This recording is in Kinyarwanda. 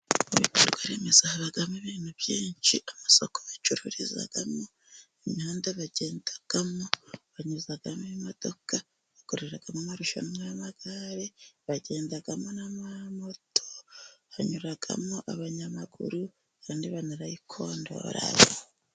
Mu bikorwa remezo habamo ibintu byinshi, amasoko bacururizamo, imihanda bagendamo banyuzamo imodoka, bakoreramo amarushanwa y'amagare, bagendamo n'amamoto, hanyuramo abanyamaguru, kandi baranayikondora.